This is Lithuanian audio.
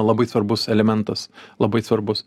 labai svarbus elementas labai svarbus